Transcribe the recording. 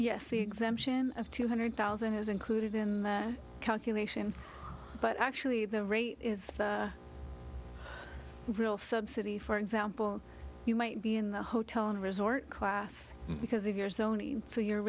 yes the exemption of two hundred thousand is included in that calculation but actually the rate is real subsidy for example you might be in the hotel and resort class because of your zoning so your